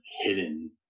hidden